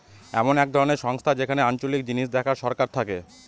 এমন এক ধরনের সংস্থা যেখানে আঞ্চলিক জিনিস দেখার সরকার থাকে